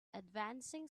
advancing